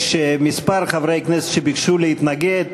יש כמה חברי כנסת שביקשו להתנגד,